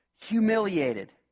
Humiliated